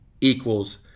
equals